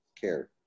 care